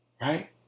right